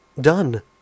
Done